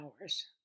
hours